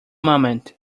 moment